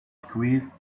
squeezed